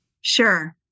Sure